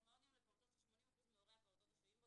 (4)מעון יום לפעוטות ש-80% מהורי הפעוטות השוהים בו